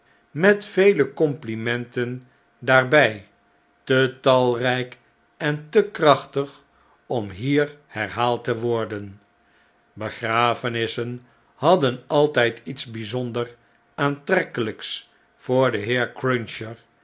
met vele complimenten daarbjj te talrijk en te krachtig om hier herhaald te worden begrafenissen hadden altijd iets bflzonder aantrekkelijks voor den heer cruncher